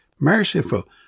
merciful